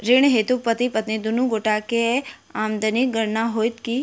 ऋण हेतु पति पत्नी दुनू गोटा केँ आमदनीक गणना होइत की?